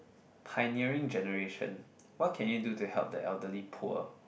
pioneering generation what can you do to help the elderly poor